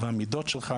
יחד עם המידות שלך,